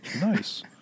Nice